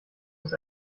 ist